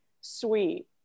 sweet